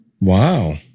Wow